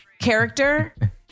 character